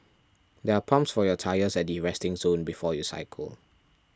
there are pumps for your tyres at the resting zone before you cycle